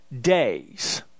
days